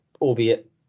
albeit